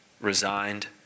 resigned